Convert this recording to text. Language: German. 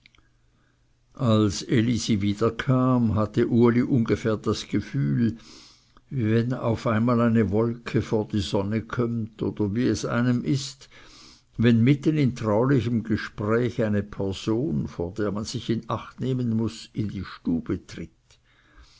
als elisi wieder kam hatte uli ungefähr das gefühl wie wenn auf einmal eine wolke vor die sonne kömmt oder wie es einem ist wenn mitten in traulichem gespräch eine person vor der man sich in acht nehmen muß in die stube tritt